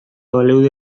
baleude